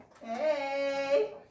hey